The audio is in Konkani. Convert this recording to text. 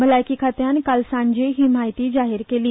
भलायकी खात्यान काल सांजे ही म्हायती जाहीर केली